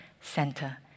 Center